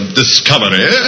discovery